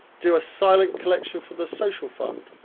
do a silent collection for the social fund,